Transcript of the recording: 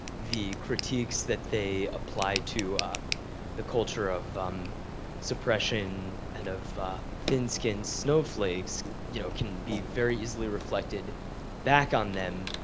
the critiques that they applied to the culture of suppression and of thin-skinned snowflakes you know can be very easily reflected back on them.